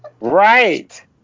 Right